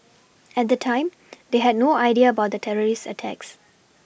at the time they had no idea about the terrorist attacks